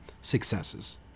successes